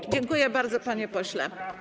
Dziękuję bardzo, panie pośle.